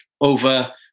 over